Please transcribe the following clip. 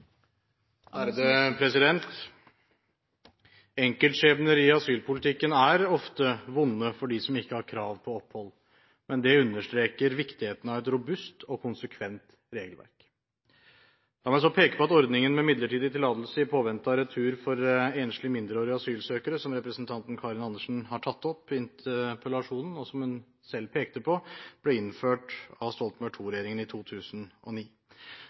må avvikles. Enkeltskjebner i asylpolitikken er ofte vonde for dem som ikke har krav på opphold. Det understreker viktigheten av et robust og konsekvent regelverk. La meg peke på at ordningen med midlertidig tillatelse i påvente av retur for enslige mindreårige asylsøkere – som representanten Karin Andersen har tatt opp i interpellasjonen, og som hun selv pekte på – ble innført av Stoltenberg II-regjeringen i 2009.